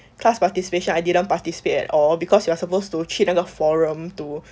class participation I didn't participate at all because you are supposed to 去那个 forum to